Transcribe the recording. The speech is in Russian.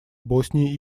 боснии